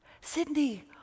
Sydney